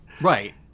right